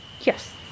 yes